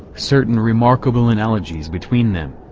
certain remarkable analogies between them.